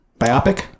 biopic